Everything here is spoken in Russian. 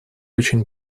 очень